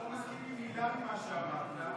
אני לא מסכים עם מילה ממה שאמרת.